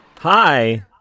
Hi